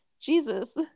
Jesus